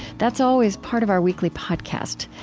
that's always part of our weekly podcast.